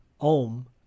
Ohm